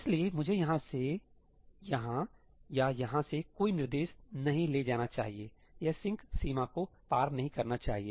इसलिए मुझे यहाँ से यहाँ या यहाँ से कोई निर्देश नहीं ले जाना चाहिए यह सिंक सीमा को पार नहीं करना चाहिए